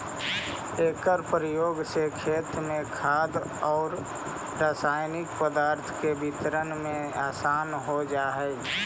एकर प्रयोग से खेत में खाद औउर रसायनिक पदार्थ के वितरण में आसान हो जा हई